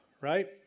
right